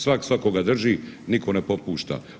Svak svakoga drži, nitko ne popušta.